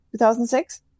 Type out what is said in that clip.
2006